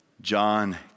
John